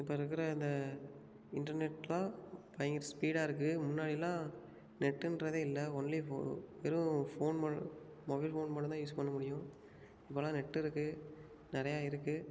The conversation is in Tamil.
இப்போ இருக்கிற அந்த இன்டர்நெட்டெலாம் பயங்கர ஸ்பீடாக இருக்குது முன்னாடிலாம் நெட்டுன்றதே இல்லை ஒன்லி வெ வெறும் ஃபோன் மொபைல் ஃபோன் மட்டுந்தான் யூஸ் பண்ண முடியும் இப்போலாம் நெட்டு இருக்குது நிறைய இருக்குது